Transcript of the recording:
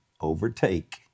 Overtake